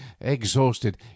exhausted